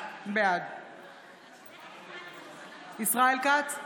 בעד ישראל כץ,